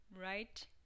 right